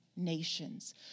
nations